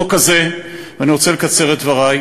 החוק הזה, ואני רוצה לקצר בדברי,